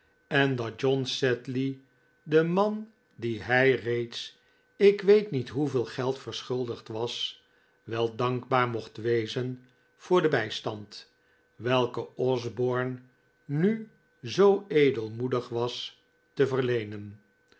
en dat john sedley den man dien hij reeds ik weet niet hoeveel geld verschuldigd was wel dankbaar mocht wezen voor den bijstand welken osborne nu zoo edelmoedig was te verleenen